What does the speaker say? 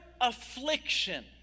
affliction